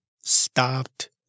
stopped